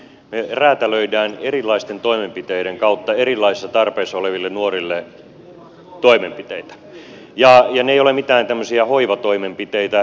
me räätälöimme erilaisten toimenpiteiden kautta erilaisissa tarpeissa oleville nuorille toimenpiteitä ja ne eivät ole mitään tämmöisiä hoivatoimenpiteitä